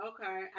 Okay